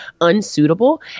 unsuitable